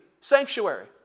sanctuary